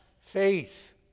faith